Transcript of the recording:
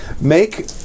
Make